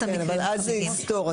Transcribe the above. כן, אבל אז זה יסתור.